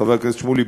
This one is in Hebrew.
חבר הכנסת שמולי,